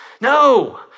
No